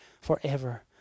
forever